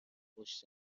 خوش